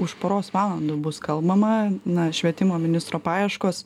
už poros valandų bus kalbama na švietimo ministro paieškos